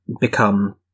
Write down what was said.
become